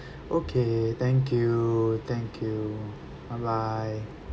okay thank you thank you bye bye